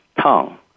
tongue